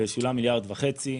ושולם מיליארד וחצי.